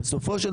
יוסי,